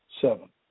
Seven